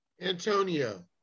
Antonio